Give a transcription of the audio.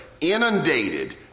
inundated